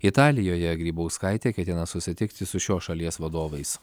italijoje grybauskaitė ketina susitikti su šios šalies vadovais